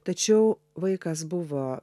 tačiau vaikas buvo